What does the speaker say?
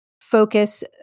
focus